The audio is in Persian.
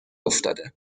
افتاده